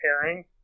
pairing